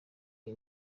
iyi